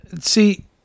See